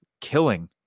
killing